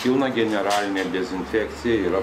pilna generalinė dezinfekcija yra